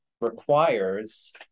requires